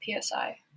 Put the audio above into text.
PSI